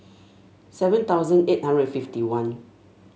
seven thousand eight hundred fifty one